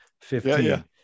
fifteen